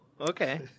Okay